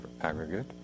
aggregate